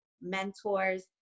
mentors